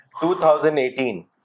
2018